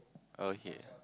okay